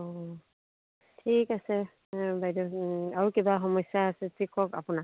অঁ ঠিক আছে বাইদেউ আৰু কিবা সমস্যা আছে যদি কওক আপোনাৰ